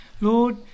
lord